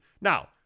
Now